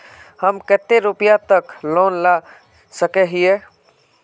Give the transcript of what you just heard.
हम कते रुपया तक लोन ला सके हिये?